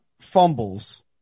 fumbles